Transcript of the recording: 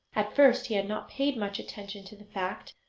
at first he had not paid much attention to the fact,